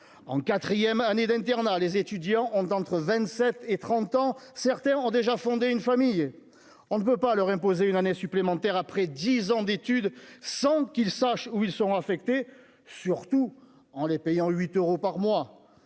en quatrième année d'internat, les étudiants ont entre 27 et 30 ans, certains ont déjà fonder une famille, on ne peut pas leur imposer une année supplémentaire après 10 ans d'études sans qu'ils sachent où ils sont affectés surtout en les payant 8 euros par mois